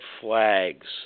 flags